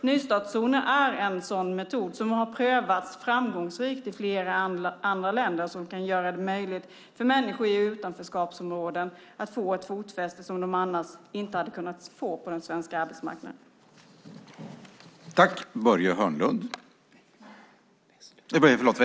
Nystartszoner är en sådan metod som har prövats framgångsrikt i flera andra länder och som kan göra det möjligt för människor i utanförskapsområden att få ett fotfäste på den svenska arbetsmarknaden som de annars inte hade kunnat få.